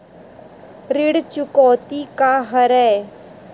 ऋण चुकौती का हरय?